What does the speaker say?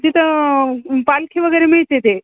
तिथं पालखी वगैरे मिळते ते